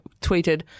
tweeted